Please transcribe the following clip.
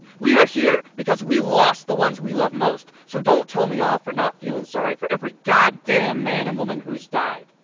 we are here because we lost the ones we love most! so don't tell me off for not feeling sorry for every goddamn man and woman who's died!